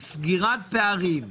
סגירת פערים,